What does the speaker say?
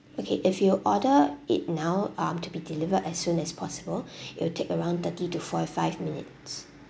okay if you order it now um to be delivered as soon as possible it will take around thirty to forty five minutes